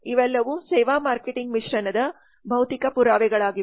ಇವೆಲ್ಲವೂ ಸೇವಾ ಮಾರ್ಕೆಟಿಂಗ್ ಮಿಶ್ರಣದ ಭೌತಿಕ ಪುರಾವೆಗಳಾಗಿವೆ